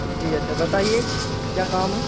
जी अच्छा बताइए क्या काम है